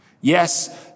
Yes